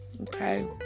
okay